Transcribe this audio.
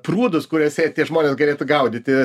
prūdus kuriuose tie žmonės galėtų gaudyti